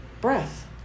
Breath